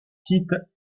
sites